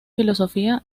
filosofía